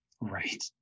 right